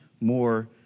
more